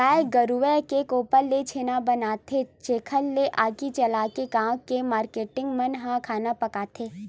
गाये गरूय के गोबर ले छेना बनाथे जेन ल आगी जलाके गाँव के मारकेटिंग मन ह खाना पकाथे